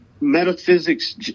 metaphysics